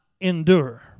endure